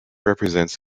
represents